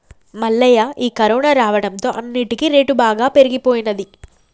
మల్లయ్య ఈ కరోనా రావడంతో అన్నిటికీ రేటు బాగా పెరిగిపోయినది